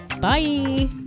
Bye